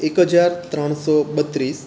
એક હજાર ત્રણસો બત્રીસ